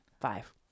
Five